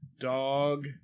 Dog